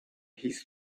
his